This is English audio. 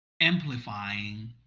amplifying